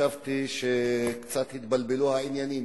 חשבתי שקצת התבלבלו העניינים.